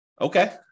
Okay